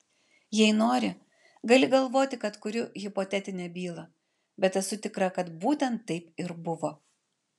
jei nori gali galvoti kad kuriu hipotetinę bylą bet esu tikra kad būtent taip ir buvo